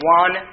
one